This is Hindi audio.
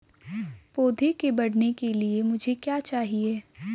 पौधे के बढ़ने के लिए मुझे क्या चाहिए?